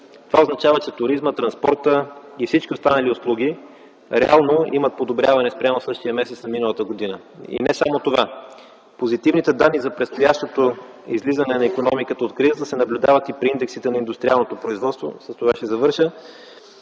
Това означава, че туризмът, транспортът и всички останали услуги реално имат одобряване спрямо същия месец на миналата година. И не е само това! Позитивните данни за предстоящото излизане на икономиката от кризата се наблюдават и при индексите на индустриалното производство – с това ще завърша